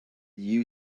you